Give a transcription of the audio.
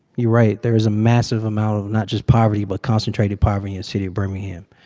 you're right. there's a massive amount of, not just poverty, but concentrated poverty in the city of birmingham.